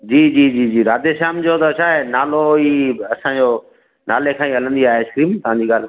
जी जी जी जी राधे श्याम जो त छा आहे नालो ई असांजो नाले सां ही हलंदी आहे आइस्क्रीम तव्हांजी ॻाल्हि